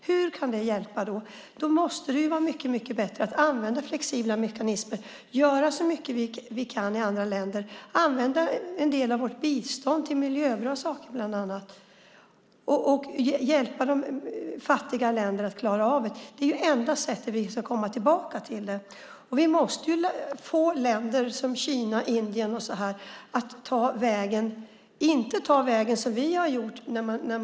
Hur kan det ni säger då hjälpa? Det måste vara mycket bättre att använda flexibla mekanismer. Vi får göra så mycket vi kan i andra länder och använda en del av biståndet till att göra sådant som är bra för miljön och därmed hjälpa fattiga länder att klara av problemen. Det är den enda sättet; vi får komma tillbaka till det. Vi måste få länder som Kina och Indien att inte göra som vi gjorde när vi skaffade oss bilar.